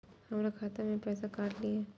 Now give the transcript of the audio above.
हमर खाता से पैसा काट लिए?